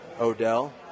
Odell